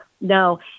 No